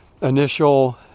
initial